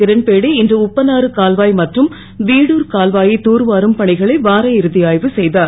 கிரண்பேடி இன்று உப்பனாறு கால்வா மற்றும் வீடுர் கால்வா யை தூர்வாரும் பணிகளை வார இறு ஆ வு செ தார்